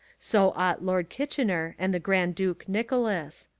so ought lord kitchener and the grand duke nicholas.